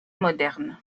moderne